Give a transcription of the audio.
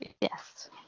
Yes